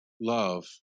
love